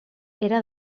era